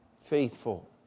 faithful